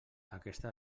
aquesta